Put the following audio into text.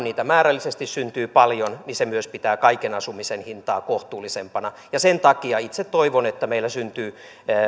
niitä määrällisesti syntyy paljon niin se myös pitää kaiken asumisen hintaa kohtuullisempana sen takia itse toivon että meillä syntyy